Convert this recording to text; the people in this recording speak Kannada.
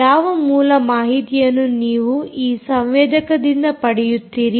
ಯಾವ ಮೂಲ ಮಾಹಿತಿಯನ್ನು ನೀವು ಆ ಸಂವೇದಕದಿಂದ ಪಡೆಯುತ್ತೀರಿ